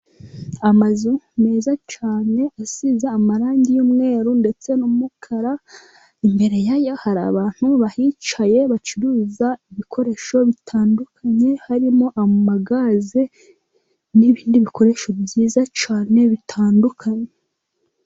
Amazu meza cyane, asize amarangi y’umweru ndetse n’umukara. Imbere ya yo hari abantu bahicaye bacuruza ibikoresho bitandukanye, harimo amagaze n’ibindi bikoresho byiza cyane bitandukanye.